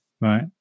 Right